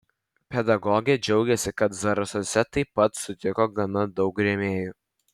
pedagogė džiaugėsi kad zarasuose taip pat sutiko gana daug rėmėjų